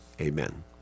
amen